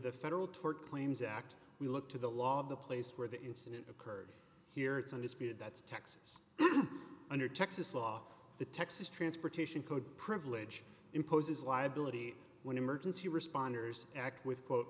the federal tort claims act we looked to the law of the place where the incident occurred here it's undisputed that's texas under texas law the texas transportation code privilege imposes liability when emergency responders act with quote